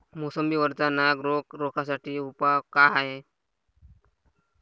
मोसंबी वरचा नाग रोग रोखा साठी उपाव का हाये?